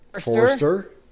Forrester